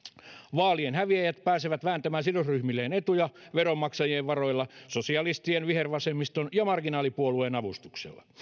vaalien häviäjät pääsevät vääntämään sidosryhmilleen etuja veronmaksajien varoilla sosialistien vihervasemmiston ja marginaalipuolueen avustuksella